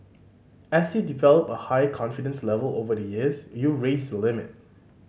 as you develop a higher confidence level over the years you raise the limit